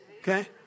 okay